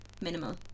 minimal